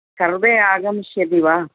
सर्वे आगमिष्यन्ति वा